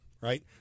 right